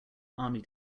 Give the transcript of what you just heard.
army